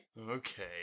Okay